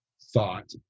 thought